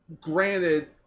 Granted